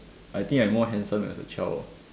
I think I more handsome as a child